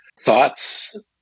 thoughts